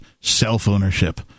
self-ownership